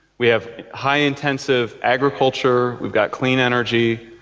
we have high intensive agriculture, we've got clean energy,